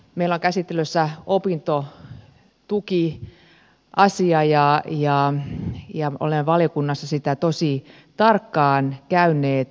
mela käsittelyssä opintotukiasia ja olemme valiokunnassa sitä tosi tarkkaan käyneet läpi